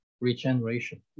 regeneration